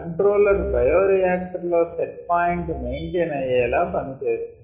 controller bioreactor లో set point maintain అయ్యేలా పని చేస్తోంది